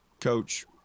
coach